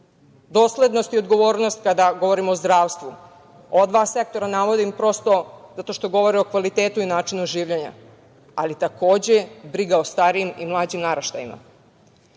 doslednost i odgovornost kada radimo o zdravstvu. Ova dva sektora navodim zato što govore o kvalitetu i načinu življenja, ali takođe i briga o starijim i mlađim naraštajima. Kada